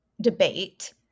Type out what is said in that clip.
debate